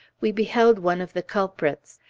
we beheld one of the culprits.